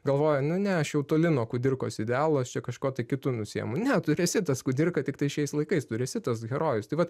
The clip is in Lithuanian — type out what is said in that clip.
galvojo nu ne aš jau toli nuo kudirkos idealo aš čia kažkuo tai kitu užsiimu ne tu ir esi tas kudirka tiktai šiais laikais tu ir esi tas herojus tai vat